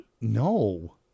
No